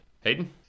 Hayden